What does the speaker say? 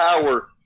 power